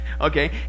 okay